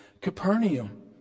Capernaum